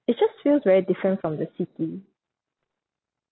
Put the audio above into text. it just feels very different from the city